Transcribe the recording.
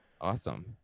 Awesome